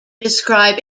describe